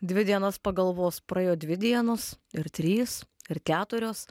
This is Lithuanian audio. dvi dienas pagalvos praėjo dvi dienos ir trys ir keturios